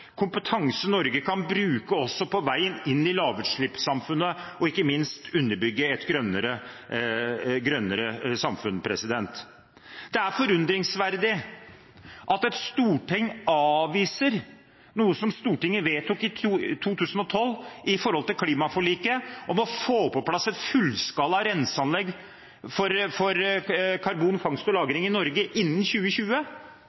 kompetanse Norge kan bruke på vei inn i lavutslippssamfunnet og ikke minst til å underbygge et grønnere samfunn. Det er forunderlig at Stortinget avviser noe det vedtok i 2012 når det gjelder klimaforliket for å få på plass fullskala renseanlegg for karbonfangst og -lagring i Norge innen 2020.